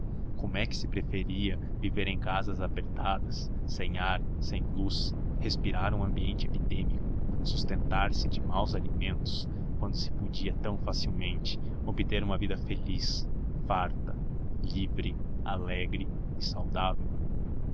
é que se preferia viver em casas apertadas sem ar sem luz respirar um ambiente epidêmico sustentar se de maus alimentos quando se podia tão facilmente obter uma vida feliz farta livre alegre e saudável